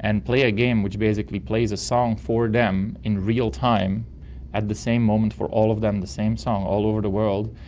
and play a game which basically plays a song for them in real time at the same moment for all of them, the same song all over the world.